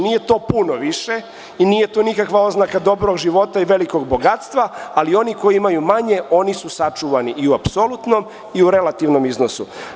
Nije to puno više i nije to nikakva oznaka dobrog života i velikog bogatstva, ali oni koji imaju manje, oni su sačuvani, i u apsolutnom i u relativnom iznosu.